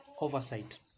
oversight